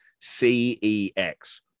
C-E-X